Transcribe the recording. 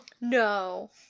No